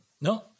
No